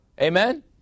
Amen